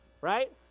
right